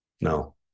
No